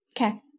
Okay